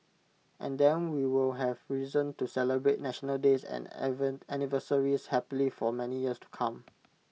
and then we'll have reason to celebrate national days and anniversaries happily for many years to come